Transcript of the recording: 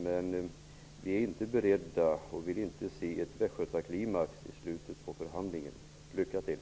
Men vi vill inte se ett Västgötaklimax i slutet av förhandlingen. Lycka till!